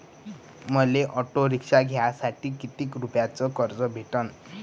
मले auto rickshaw घ्यासाठी कितीक रुपयाच कर्ज भेटनं?